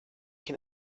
can